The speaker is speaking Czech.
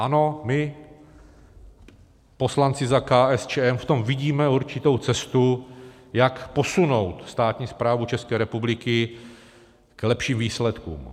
Ano, my poslanci za KSČM v tom vidíme určitou cestu, jak posunout státní správu České republiky k lepším výsledkům.